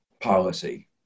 policy